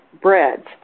breads